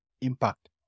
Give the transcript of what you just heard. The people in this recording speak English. impact